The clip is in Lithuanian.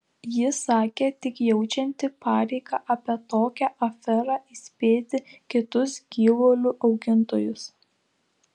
ji sakė tik jaučianti pareigą apie tokią aferą įspėti kitus gyvulių augintojus